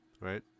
right